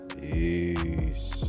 peace